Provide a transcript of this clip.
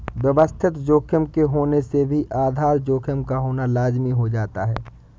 व्यवस्थित जोखिम के होने से भी आधार जोखिम का होना लाज़मी हो जाता है